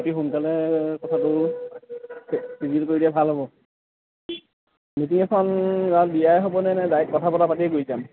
বাকী সোনকালে কথাটো চিজিল কৰি দিয়ে ভাল হ'ব মিটিং এখন গাঁওত দিয়াই হ'বনে নে ডাইৰেক্ট কথা পতা পাতি গুচি যাম